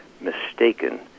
mistaken